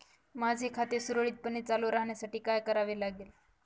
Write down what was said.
माझे खाते सुरळीतपणे चालू राहण्यासाठी काय करावे लागेल?